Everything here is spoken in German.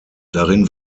darin